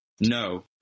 No